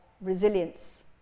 resilience